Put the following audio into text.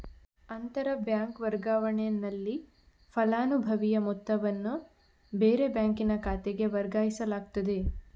ಅಂತರ ಬ್ಯಾಂಕ್ ವರ್ಗಾವಣೆನಲ್ಲಿ ಫಲಾನುಭವಿಯ ಮೊತ್ತವನ್ನ ಬೇರೆ ಬ್ಯಾಂಕಿನ ಖಾತೆಗೆ ವರ್ಗಾಯಿಸಲಾಗ್ತದೆ